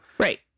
Right